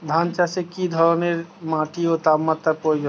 ধান চাষে কী ধরনের মাটি ও তাপমাত্রার প্রয়োজন?